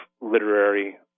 literary